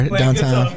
downtown